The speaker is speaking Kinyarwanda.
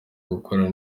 gukora